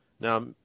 Now